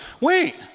Wait